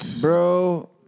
Bro